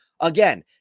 again